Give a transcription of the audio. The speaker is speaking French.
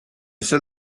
seul